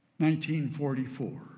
1944